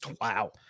Wow